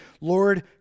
Lord